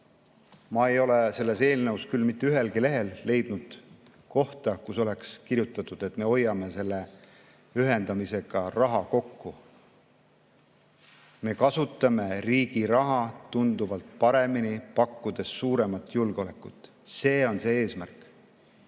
Ma ei ole selles eelnõus küll mitte ühelgi lehel leidnud kohta, kus oleks kirjutatud, et me hoiame selle ühendamisega raha kokku. Me kasutame riigi raha tunduvalt paremini, pakkudes suuremat julgeolekut. See on eesmärk,